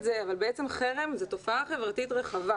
זה - אבל בעצם חרם זאת תופעה חברתית רחבה.